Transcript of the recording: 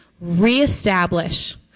reestablish